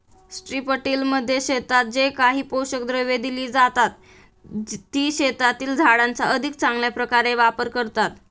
स्ट्रिपटिलमध्ये शेतात जे काही पोषक द्रव्ये दिली जातात, ती शेतातील झाडांचा अधिक चांगल्या प्रकारे वापर करतात